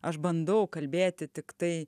aš bandau kalbėti tiktai